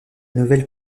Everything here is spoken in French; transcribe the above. nouvelle